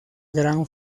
gran